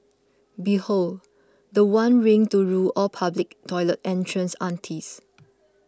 behold the one ring to rule all public toilet entrance aunties